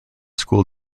school